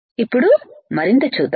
ఇప్పుడు మరింత చూద్దాం